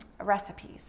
recipes